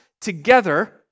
together